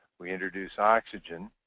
we introduce oxygen.